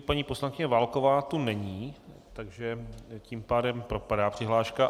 Paní poslankyně Válková tu není, takže tím pádem propadá přihláška.